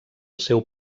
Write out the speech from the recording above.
seu